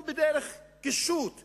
הוא בדרך כלל מהווה איזה קישוט.